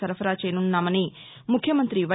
సరఫరా చేయనున్నామని ముఖ్యమంతి వై